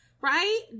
Right